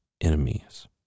enemies